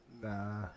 Nah